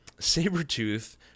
Sabretooth